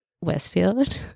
Westfield